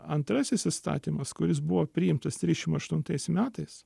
antrasis įstatymas kuris buvo priimtas trisdešimt aštuntais metais